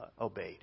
obeyed